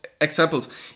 examples